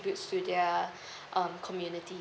to their um community